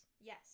Yes